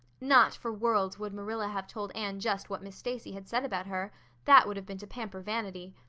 not for worlds would marilla have told anne just what miss stacy had said about her that would have been to pamper vanity.